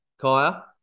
Kaya